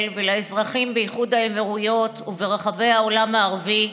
ולאזרחים באיחוד האמירויות וברחבי העולם הערבי,